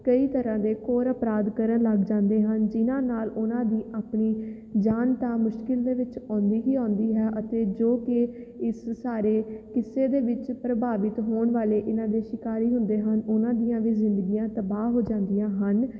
ਕਈ ਤਰ੍ਹਾਂ ਦੇ ਘੋਰ ਅਪਰਾਧ ਕਰਨ ਲੱਗ ਜਾਂਦੇ ਹਨ ਜਿਨ੍ਹਾਂ ਨਾਲ ਉਨਾਂ ਦੀ ਆਪਣੀ ਜਾਨ ਤਾਂ ਮੁਸ਼ਕਲ ਦੇ ਵਿੱਚ ਆਉਂਦੀ ਹੀ ਆਉਂਦੀ ਹੈ ਅਤੇ ਜੋ ਕਿ ਇਸ ਸਾਰੇ ਕਿੱਸੇ ਦੇ ਵਿੱਚ ਪ੍ਰਭਾਵਿਤ ਹੋਣ ਵਾਲੇ ਇਹਨਾਂ ਦੇ ਸ਼ਿਕਾਰੀ ਹੁੰਦੇ ਹਨ ਉਹਨਾਂ ਦੀਆਂ ਵੀ ਜ਼ਿੰਦਗੀਆਂ ਤਬਾਹ ਹੋ ਜਾਂਦੀਆਂ ਹਨ